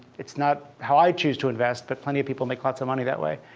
it's not how i choose to invest, but plenty of people make lots of money that way.